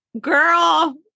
Girl